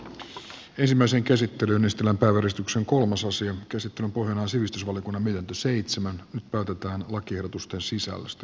nyt ensimmäisen käsittelyn estellä porrastuksen kolmasosa käsittelyn pohjana sivistysvaliokunnan seitsemän päätetään lakiehdotusten sisällöstä